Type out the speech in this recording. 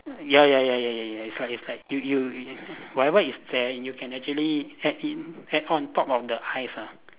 ya ya ya ya ya ya it's like it's like you you you whatever is there you can actually add in add on top of the ice ah